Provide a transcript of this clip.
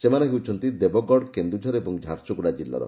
ସେମାନେ ହେଉଛନ୍ତି ଦେବଗଡ଼ କେନ୍ଦୁଝର ଓ ଝାରସୁଗୁଡ଼ା ଜିଲ୍ଲାର